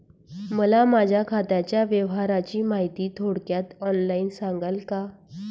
मला माझ्या खात्याच्या व्यवहाराची माहिती थोडक्यात ऑनलाईन सांगाल का?